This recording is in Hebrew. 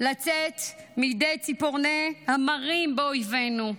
לצאת מידי ציפורני המרים באויבינו.